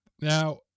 Now